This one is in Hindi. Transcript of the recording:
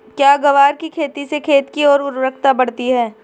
क्या ग्वार की खेती से खेत की ओर उर्वरकता बढ़ती है?